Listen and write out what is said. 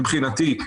מבחינתי,